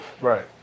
Right